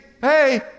Hey